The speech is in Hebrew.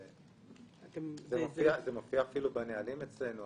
זה מופיע אפילו בנהלים אצלנו,